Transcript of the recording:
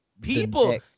people